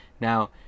Now